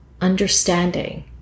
understanding